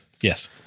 Yes